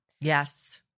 Yes